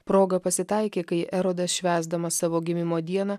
proga pasitaikė kai erodas švęsdamas savo gimimo dieną